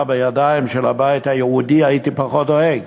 בידיים של הבית היהודי הייתי פחות דואג.